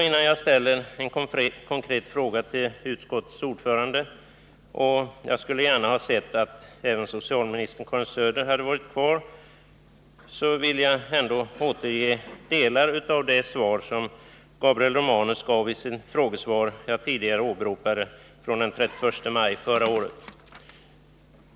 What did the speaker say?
Innan jag ställer en konkret fråga till utskottets ordförande — och jag skulle gärna ha sett att även socialminister Karin Söder varit kvar — vill jag återge delar av det svar som Gabriel Romanus gav i den frågedebatt från den 31 maj förra året som jag åberopade tidigare.